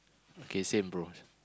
okay same brother